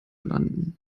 landen